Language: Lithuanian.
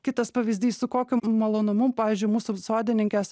kitas pavyzdys su kokiu malonumu pavyzdžiui mūsų sodininkės